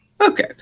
okay